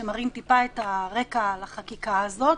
שמראים טיפה את הרקע לחקיקה הזאת.